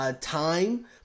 time